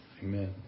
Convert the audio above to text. amen